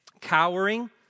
cowering